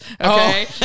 Okay